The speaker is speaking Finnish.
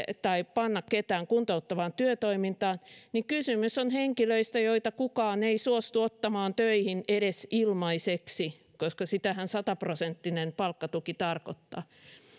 panna ketään kuntouttavaan työtoimintaan niin kysymys on henkilöstä jota kukaan ei suostu ottamaan töihin edes ilmaiseksi koska sitähän sataprosenttinen palkkatuki tarkoittaa